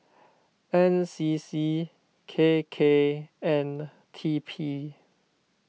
N C C K K and T P